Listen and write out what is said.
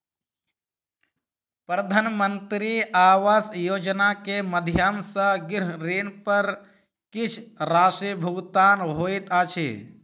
प्रधानमंत्री आवास योजना के माध्यम सॅ गृह ऋण पर किछ राशि भुगतान होइत अछि